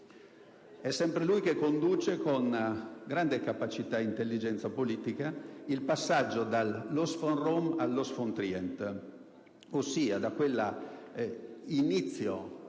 È sempre lui che conduce, con grande capacità e intelligenza politica, il passaggio dal «*l**os** von Rom*» al «*los von Trient*», ossia da quell'inizio